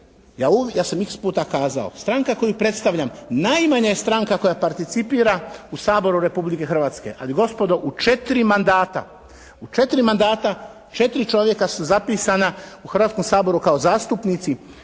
Ja sam x puta kazao, stranka koju predstavljam najmanja je stranka koja participira u Saboru Republike Hrvatske. Ali gospodo, u 4 mandata. U 4 mandata 4 čovjeka su zapisana u Hrvatskome saboru kao zastupnici